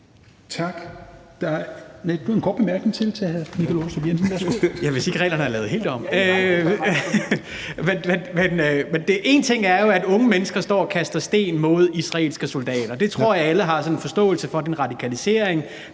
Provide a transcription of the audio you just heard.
én ting er jo, at unge mennesker står og kaster sten mod israelske soldater – det tror jeg alle har sådan en forståelse for er en radikalisering